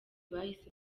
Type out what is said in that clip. bahise